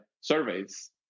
surveys